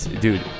Dude